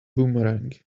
boomerang